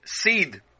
seed